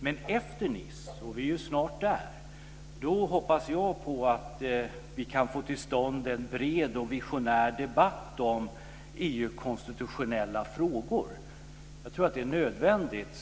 Men efter Nice, och vi är ju snart där, hoppas jag att vi kan få till stånd en bred och visionär debatt om EU:s konstitutionella frågor. Jag tror att det är nödvändigt.